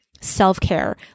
self-care